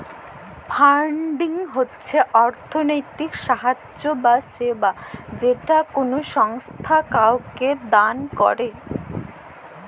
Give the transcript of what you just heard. funding হচ্ছ অর্থলৈতিক সাহায্য বা সেবা যেটা কোলো সংস্থা কাওকে দেন করেক